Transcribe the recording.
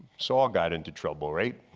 soul got into trouble, right?